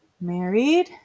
married